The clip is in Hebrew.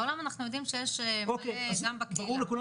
בעולם אנחנו יודעים שיש מלא, גם בקהילה.